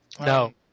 No